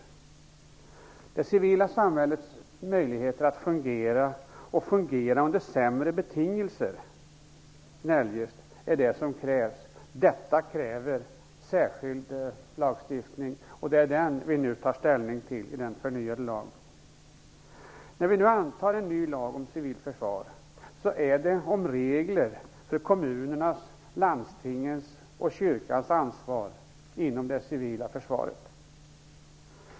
Att det civila samhället har möjligheter att fungera, och då under sämre betingelser än eljest, är vad som krävs. Detta kräver en särskild lagstiftning. Det är en sådan vi nu tar ställning till när det gäller den förnyade lagen. När vi nu antar en ny lag om civilt försvar handlar det om regler för kommunernas, landstingens och kyrkans ansvar inom det civila försvaret.